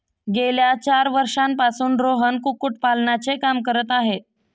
गेल्या चार वर्षांपासून रोहन कुक्कुटपालनाचे काम करत आहे